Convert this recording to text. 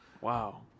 Wow